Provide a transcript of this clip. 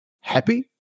happy